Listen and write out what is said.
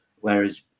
Whereas